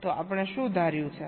તો આપણે શું ધાર્યું છે